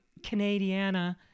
Canadiana